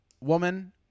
woman